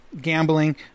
gambling